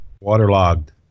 Waterlogged